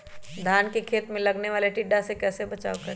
धान के खेत मे लगने वाले टिड्डा से कैसे बचाओ करें?